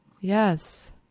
Yes